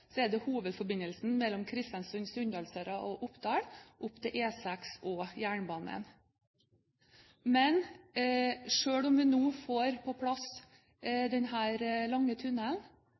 er det hovedforbindelsen mellom Kristiansund, Sunndalsøra og Oppdal opp til E6 og jernbanen. Men selv om vi nå får på plass denne lange